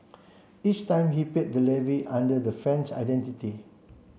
each time he paid the levy under the friend's identity